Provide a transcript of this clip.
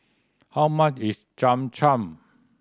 how much is Cham Cham